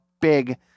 big